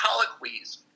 colloquies